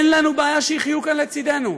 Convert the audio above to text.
אין לנו בעיה שיחיו כאן לצדנו.